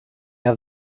have